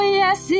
yes